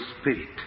Spirit